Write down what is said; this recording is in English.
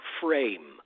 frame